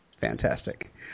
Fantastic